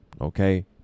okay